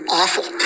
awful